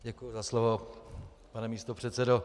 Děkuji za slovo, pane místopředsedo.